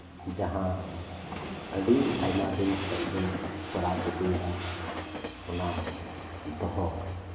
ᱡᱟᱸᱦᱟ ᱟᱹᱰᱤ ᱟᱭᱢᱟ ᱫᱤᱱ ᱠᱷᱚᱱ ᱜᱮᱵᱚᱱ ᱠᱚᱨᱟᱣ ᱤᱫᱤᱭᱮᱫᱟ ᱚᱱᱟ ᱫᱚᱦᱚ